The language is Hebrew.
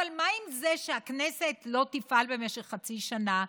אבל מה עם זה שהכנסת לא תפעל במשך חצי שנה?